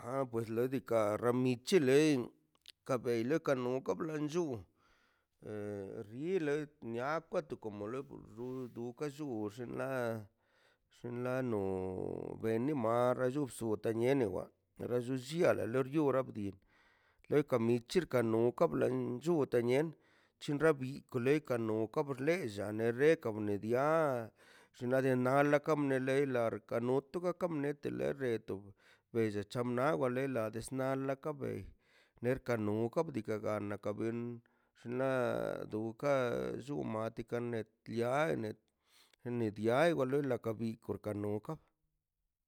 A pura ladikaꞌ rran michi lei ka beila kanok ka blanlluu rile niakwa komo loku xun llu xinla xinla no beni mare bllusurte niono wa lo llelliale pero yu ardi le kar michi kar noka bḻen chuten nien chinra bleiko le naka nonka ka bxleilla dana rekan kabdia xnaꞌ la diakaꞌ kamne lei lar na ak mnotə la karnie to pchella chenaw walei da la ka bei nerka nun opka diikaꞌ nanan ka ben xinla du duka llun matica neb liane xeni dia wa lei la ka birko ka noka